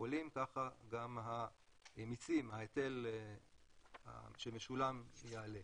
עולים ככה גם המיסים, ההיטל שמשולם יעלה.